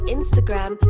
Instagram